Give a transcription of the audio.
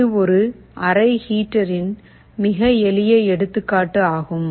இது ஒரு அறை ஹீட்டரின் மிக எளிய எடுத்துக்காட்டு ஆகும்